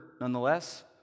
nonetheless